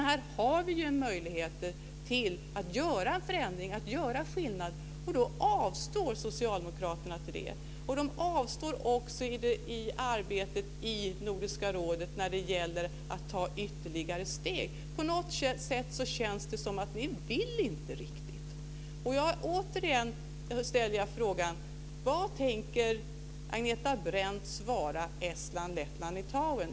Här har vi en möjlighet att göra en förändring, att åstadkomma en skillnad, och då avstår socialdemokraterna från den. De avstår också i arbetet i Nordiska rådet från att ta ytterligare steg. På något sätt känns det som om ni inte riktigt vill. Återigen ställer jag frågan: Vad tänker Agneta Brendt svara Estland, Lettland och Litauen?